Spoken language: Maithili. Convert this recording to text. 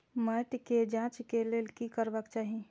मैट के जांच के लेल कि करबाक चाही?